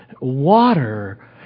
Water